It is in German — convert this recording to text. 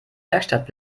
werkstatt